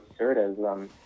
absurdism